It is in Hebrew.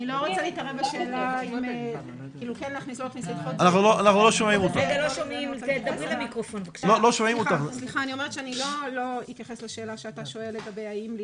אני לא אתייחס לשאלה אם כן להכניס או לא להכניס,